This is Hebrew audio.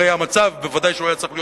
הרי המצב בוודאי שהוא היה צריך להיות,